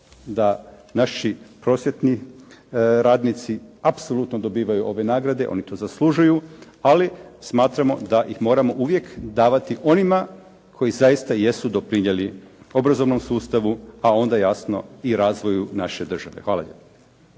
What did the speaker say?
da naši prosvjetni radnici apsolutno dobivaju ove nagrade, oni to zaslužuju, ali smatramo da ih moramo uvijek davati onima koji zaista jesu doprinijeli obrazovnom sustavu, a onda jasno i razvoju naše države. Hvala lijepo.